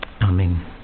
Amen